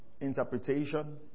interpretation